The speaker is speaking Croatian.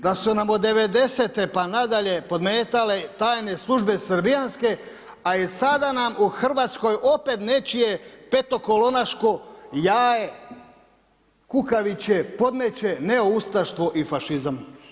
Da su nam od '90.-te pa nadalje podmetale tajne službe srbijanske a i sada nam u Hrvatskoj opet nečije petokolonaško jaje kukavičje podmeće neoustaštvo i fašizam.